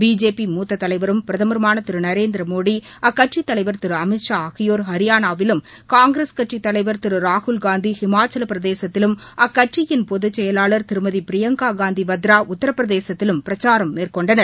BJP மூத்த தலைவரும் பிரதமருமான திரு நரேந்திர மோடி அக்கட்சித் தலைவர் திரு அமித் ஷா ஆகியோர் ஹரியானாவிலும் காங்கிரஸ் கட்சித் தலைவர் திரு ராகுல்காந்தி ஹிமாச்சலப் பிரதேசத்திலும் அக்கட்சியின் பொதுச் செயலாளர் திருமதி பிரியங்கா காந்தி வத்ரா உத்தரப்பிரதேசததிலும் பிரச்சாரம் மேற்கொண்டனர்